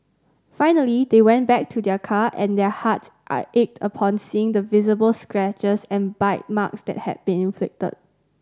finally they went back to their car and their hearts ached upon seeing the visible scratches and bite marks that had been inflicted